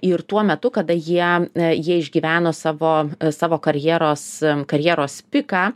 ir tuo metu kada jie jie išgyveno savo savo karjeros karjeros piką